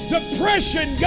Depression